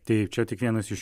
tik čia tik vienas iš